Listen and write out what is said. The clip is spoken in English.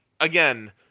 again